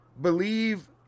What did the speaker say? believe